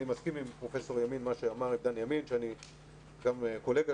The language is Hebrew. אני מסכים עם מה שאמר דן ימין שאני גם קולגה